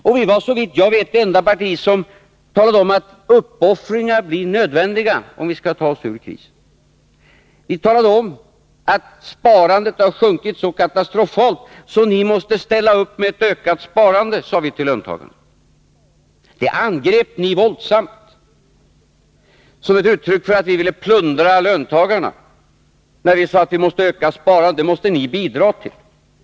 Och vi var, såvitt jag vet, det enda parti som talade om att uppoffringar blir nödvändiga, om vi skall ta oss ur krisen. Vi talade om att sparandet sjunkit katastrofalt. Ni måste ställa upp med ett ökat sparande, sade vi till löntagarna. Detta angrep ni våldsamt och uppfattade det som ett uttryck för att vi ville plundra löntagarna när vi sade att dessa måste bidra till ett ökat sparande.